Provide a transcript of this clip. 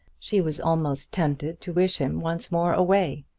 she was almost tempted to wish him once more away.